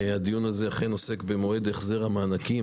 הדיון הזה אכן עוסק במועד החזר המענקים,